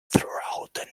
throughout